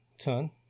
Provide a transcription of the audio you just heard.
Ton